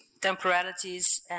temporalities